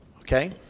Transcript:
okay